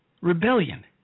Rebellion